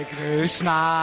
Krishna